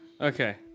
Okay